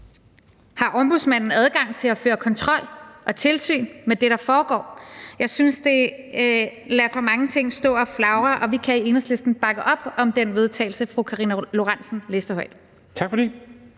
Har Ombudsmanden adgang til at føre kontrol og tilsyn med det, der foregår? Jeg synes, det lader for mange ting stå at flagre, og vi kan i Enhedslisten bakke op om det forslag til vedtagelse, som fru Karina Lorentzen Dehnhardt